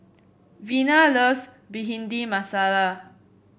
Vena loves Bhindi Masala